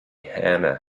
hannah